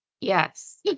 Yes